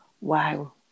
Wow